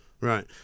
Right